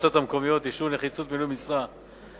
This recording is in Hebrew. המועצות המקומיות (אישור נחיצות מילוי משרה).